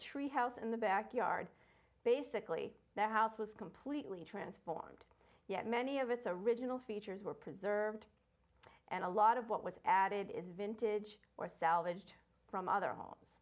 tree house in the backyard basically the house was completely transformed yet many of its original features were preserved and a lot of what was added is vintage or thousands from other homes